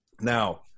Now